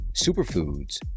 superfoods